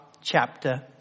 chapter